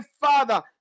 father